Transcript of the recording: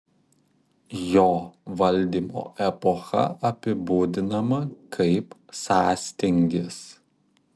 jo valdymo epocha apibūdinama kaip sąstingis